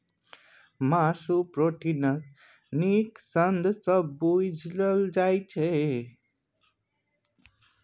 मासु प्रोटीनक नीक साधंश बुझल जाइ छै